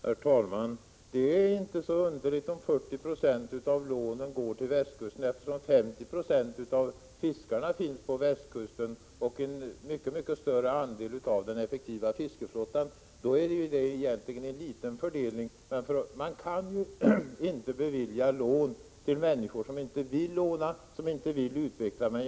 Herr talman! Det är inte så underligt om 40 96 av lånen går till västkusten, eftersom 50 26 av fiskarna finns på västkusten, och en mycket större andel av den effektiva fiskeflottan. Då är det egentligen en liten fördelning. Man kan ju inte bevilja lån till människor som inte vill låna och inte vill utveckla sig.